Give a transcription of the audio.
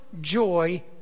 joy